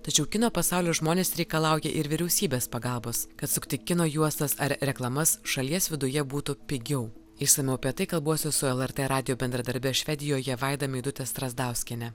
tačiau kino pasaulio žmonės reikalauja ir vyriausybės pagalbos kad sukti kino juostas ar reklamas šalies viduje būtų pigiau išsamiau apie tai kalbuosi su lrt radijo bendradarbe švedijoje vaida meidute strazdauskiene